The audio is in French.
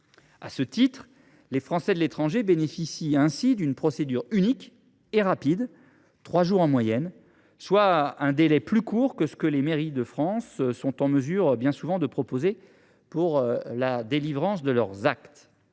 délais. Les Français de l’étranger bénéficient ainsi d’une procédure unique et rapide. Elle prend trois jours en moyenne, soit un délai plus court que ce que la plupart des mairies de France sont en mesure de proposer pour la délivrance de leurs actes.